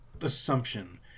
assumption